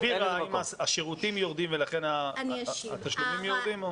השאלה היא האם השירותים יורדים ולכן התשלומים יורדים?